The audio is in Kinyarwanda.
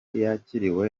yakiriwe